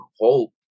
hope